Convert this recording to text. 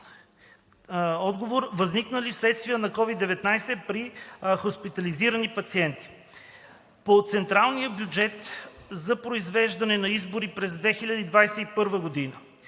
възникнали вследствие на COVID-19 при хоспитализирани пациенти. 4. По централния бюджет за произвеждане на избори през 2021 г.